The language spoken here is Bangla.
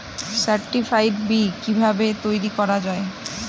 সার্টিফাইড বি কিভাবে তৈরি করা যায়?